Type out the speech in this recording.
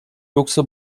yoksa